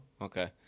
Okay